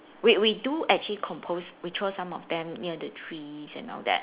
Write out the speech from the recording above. wait we do actually compost we throw some of them near the trees and all that